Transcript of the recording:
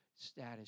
status